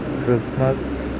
Christmas